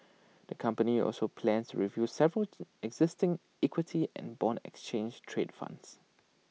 the company also plans to review several to existing equity and Bond exchange trade funds